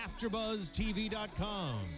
AfterBuzzTV.com